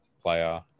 player